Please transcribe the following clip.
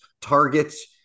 targets